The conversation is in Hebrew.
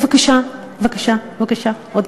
בבקשה, בבקשה, עוד קצת.